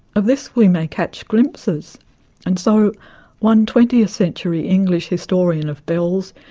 of this we may catch glimpses and so one twentieth century english historian of bells,